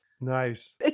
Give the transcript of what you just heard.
nice